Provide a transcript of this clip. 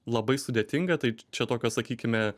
labai sudėtinga tai čia tokio sakykime